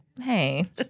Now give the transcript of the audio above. Hey